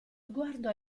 sguardo